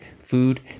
food